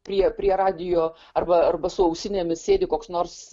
prie prie radijo arba arba su ausinėmis sėdi koks nors